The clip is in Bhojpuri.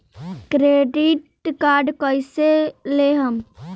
क्रेडिट कार्ड कईसे लेहम?